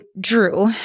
Drew